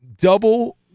double